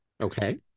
okay